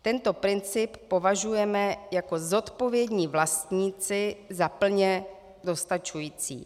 Tento princip považujeme jako zodpovědní vlastníci za plně dostačující.